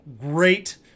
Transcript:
great